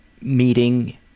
meeting